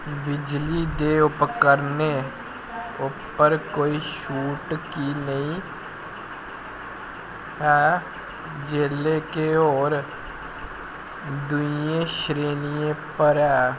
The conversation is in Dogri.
बिजली दे उपकरणें पर कोई छूट की नेईं ऐ जेल्लै के होर दूइयें श्रेणियें पर है